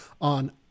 on